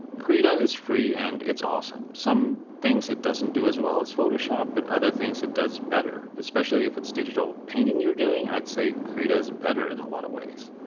krita is free and it's awesome. some things it doesn't do as well as photoshop but other things it does better. especially if it's digital painting you're doing i'd say krita is better in a lot of ways.